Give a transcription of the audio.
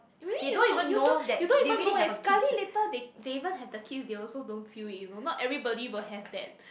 maybe you know you don't you don't even know eh sekali later they they even have the kids they also don't feel it you know not everybody will have that